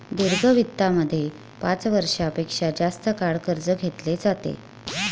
दीर्घ वित्तामध्ये पाच वर्षां पेक्षा जास्त काळ कर्ज घेतले जाते